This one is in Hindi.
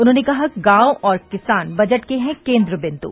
उन्होंने कहा गांव और किसान बजट के हैं केन्द्र बिंद्